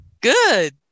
Good